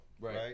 right